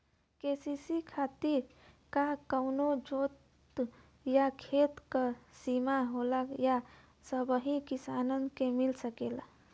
KCC खातिर का कवनो जोत या खेत क सिमा होला या सबही किसान के मिल सकेला?